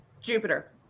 Jupiter